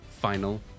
final